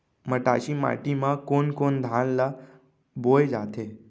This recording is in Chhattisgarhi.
मटासी माटी मा कोन कोन धान ला बोये जाथे?